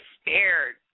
scared